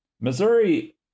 Missouri